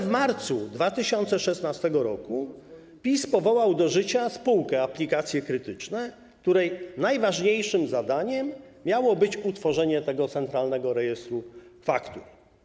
W marcu 2016 r. PiS powołał do życia spółkę Aplikacje Krytyczne, której najważniejszym zadaniem miało być utworzenie tego Centralnego Rejestru Faktur.